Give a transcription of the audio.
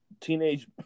teenage